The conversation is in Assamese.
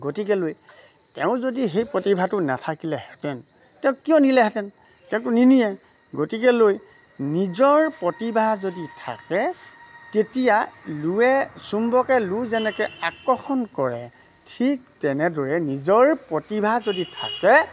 গতিকেলৈ তেওঁ যদি সেই প্ৰতিভাটো নাথাকিলেহেঁতেন তেওঁক কিয় নিলেহেঁতেন তেওঁকটো নিনিয়ে গতিকেলৈ নিজৰ প্ৰতিভা যদি থাকে তেতিয়া লুৱে চুম্বকে লু যেনেকে আকৰ্ষণ কৰে ঠিক তেনেদৰে নিজৰ প্ৰতিভা যদি থাকে